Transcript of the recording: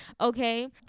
Okay